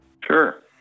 Sure